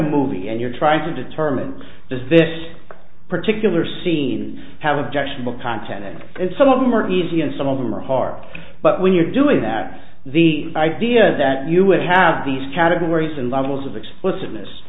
movie and you're trying to determine does this particular scene have objectionable content in it some of them are easy and some of them are hard but when you're doing that the idea that you would have these categories and levels of explicit